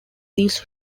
these